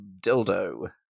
dildo